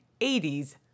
80s